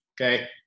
Okay